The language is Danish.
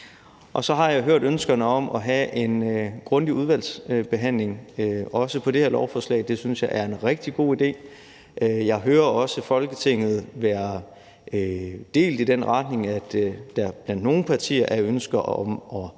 Så har jeg hørt ønskerne om at have en grundig udvalgsbehandling også på det her lovforslag, og det synes jeg er en rigtig god idé. Jeg hører også Folketinget være delt i den retning, at der blandt nogle partier er ønsker om at gå